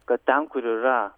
kad ten kur yra